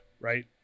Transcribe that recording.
right